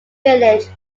village